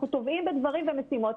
אנחנו טובעים בדברים ומשימות.